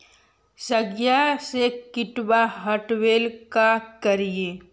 सगिया से किटवा हाटाबेला का कारिये?